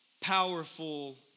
powerful